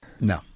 No